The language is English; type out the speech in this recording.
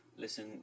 listen